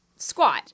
squat